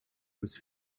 was